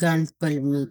gun palmet